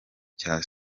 cya